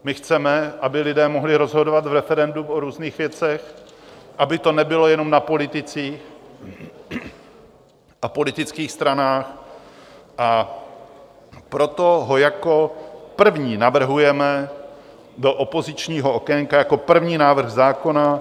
My chceme, aby lidé mohli rozhodovat v referendu o různých věcech, aby to nebylo jenom na politicích a politických stranách, a proto ho jako první navrhujeme do opozičního okénka, jako první návrh zákona.